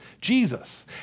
Jesus